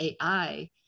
AI